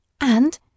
And